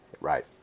Right